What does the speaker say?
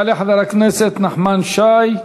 יעלה חבר הכנסת נחמן שי.